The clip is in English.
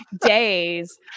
days